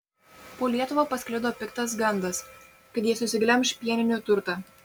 po lietuvą pasklido piktas gandas kad jie susiglemš pieninių turtą